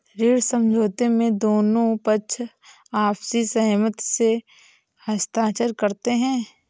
ऋण समझौते में दोनों पक्ष आपसी सहमति से हस्ताक्षर करते हैं